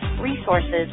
resources